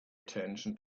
attention